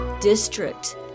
District